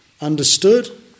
understood